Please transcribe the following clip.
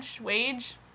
Wage